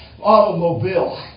automobile